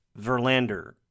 Verlander